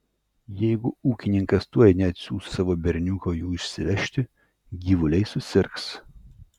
jeigu ūkininkas tuoj neatsiųs savo berniuko jų išsivežti gyvuliai susirgs